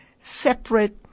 separate